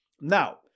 Now